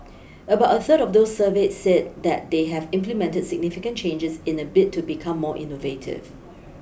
about a third of those surveyed said that they have implemented significant changes in a bid to become more innovative